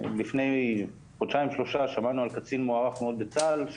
לפני חודשיים שלושה שמענו על קצין מוערך מאוד בצה"ל,